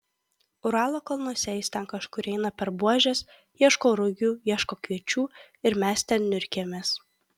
uralo kalnuose jis ten kažkur eina per buožes ieško rugių ieško kviečių ir mes ten niurkėmės